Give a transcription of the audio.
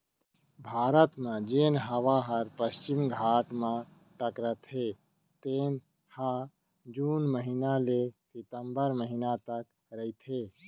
भारत म जेन हवा ह पस्चिम घाट म टकराथे तेन ह जून महिना ले सितंबर महिना तक रहिथे